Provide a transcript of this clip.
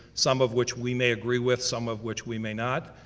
some of which we may agree with, some of which we may not.